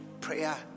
prayer